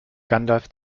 gandalf